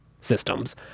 systems